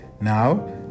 now